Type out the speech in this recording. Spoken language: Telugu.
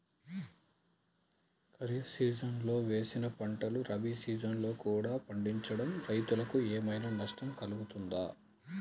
ఖరీఫ్ సీజన్లో వేసిన పంటలు రబీ సీజన్లో కూడా పండించడం రైతులకు ఏమైనా నష్టం కలుగుతదా?